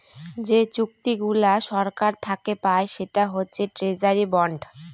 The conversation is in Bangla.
যে চুক্তিগুলা সরকার থাকে পায় সেটা হচ্ছে ট্রেজারি বন্ড